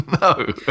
No